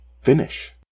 finish